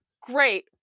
Great